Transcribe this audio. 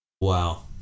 Wow